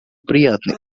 приятный